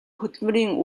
хөдөлмөрийн